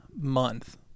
month